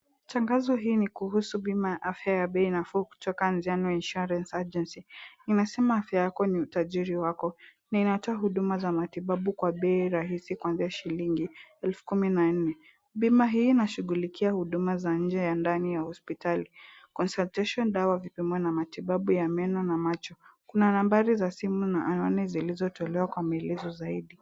Tangazo hii ni kuhusu bima ya afya ya bei nafuu kutoka Njano Insurance Agency. Imesema afya yako ni utajiri wako na inatoa huduma za matibabu kwa bei rahisi kuanzia shilingi elfu kumi na nne. Bima hii inashughulikia huduma za nje ya ndani ya hospitali, consultation dawa vilivyomo na matibabu ya meno na macho. Kuna nambari za simu na anwani zilizotolewa kwa maelezo zaidi.